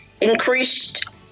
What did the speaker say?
increased